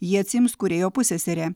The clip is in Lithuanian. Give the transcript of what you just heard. jį atsiims kūrėjo pusseserė